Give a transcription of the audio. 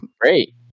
Great